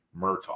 Murtaugh